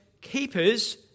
keepers